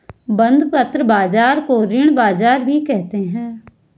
बंधपत्र बाज़ार को ऋण बाज़ार भी कहते हैं